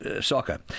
Soccer